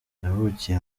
yavukiye